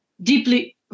deeply